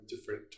different